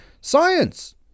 science